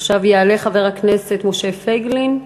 עכשיו יעלה חבר הכנסת משה פייגלין,